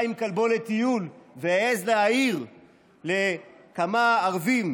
עם כלבו לטיול והעז להעיר לכמה ערבים,